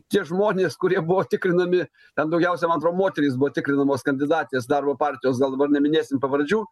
tie žmonės kurie buvo tikrinami ten daugiausia man atrodo moterys buvo tikrinamos kandidatės darbo partijos gal dabar neminėsim pavardžių